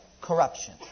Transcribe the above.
corruption